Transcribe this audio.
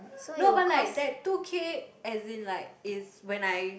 no but like that two K as in like is when I